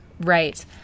Right